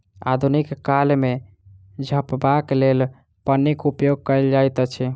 आधुनिक काल मे झपबाक लेल पन्नीक उपयोग कयल जाइत अछि